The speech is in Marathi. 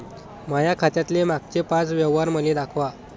माया खात्यातले मागचे पाच व्यवहार मले दाखवा